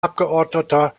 abgeordneter